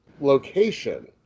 location